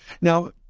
Now